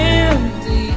empty